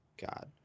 God